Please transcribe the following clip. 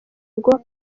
ubwo